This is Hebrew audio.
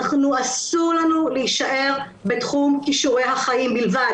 אסור לנו להישאר בתחום כישורי החיים בלבד,